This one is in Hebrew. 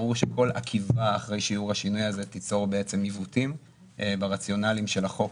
ברור שכל עכיבה אחרי שיעור השינוי הזה תיצור עיוותים ברציונלים של החוק,